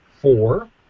four